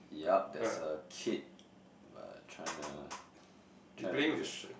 yup there's a kid uh trying to trying to build